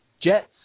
Jets